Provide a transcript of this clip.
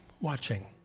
Watching